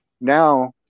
now